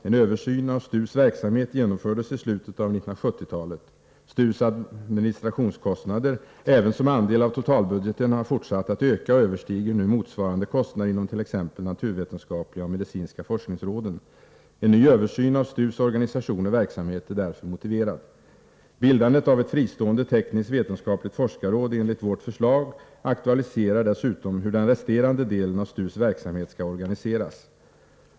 En översyn av STU:s verksamhet genomfördes i slutet av 1970-talet. STU:s administrationskostnader, även som andel av totalbudgeten, har fortsatt att öka och överstiger nu motsvarande kostnader inom t.ex. de naturvetenskapliga och medicinska forskningsråden. En ny översyn av STU:s organisation och verksamhet är därför motiverad. Bildandet av ett fristående tekniskt-vetenskapligt forskarråd enligt vårt förslag aktualiserar dessutom hur den resterande delen av STU:s verksamhet skall organiseras.